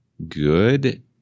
good